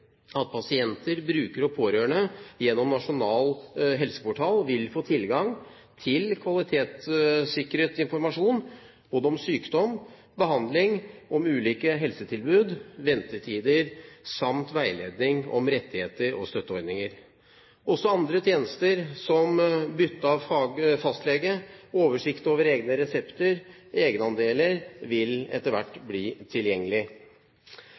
at pasienter, brukere og pårørende gjennom Nasjonal Helseportal vil få tilgang til kvalitetssikret informasjon om både sykdom og behandling, ulike helsetilbud og ventetider samt veiledning om rettigheter og støtteordninger. Også andre tjenester, som bytte av fastlege, oversikt over egne resepter og egenandeler, vil etter hvert bli tilgjengelig.